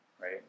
right